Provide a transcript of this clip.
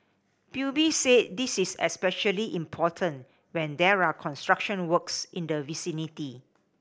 P U B said this is especially important when there are construction works in the vicinity